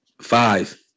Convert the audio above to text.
Five